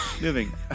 Moving